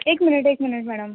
एक मिनिट एक minute madam